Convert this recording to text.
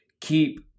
keep